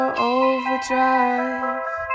overdrive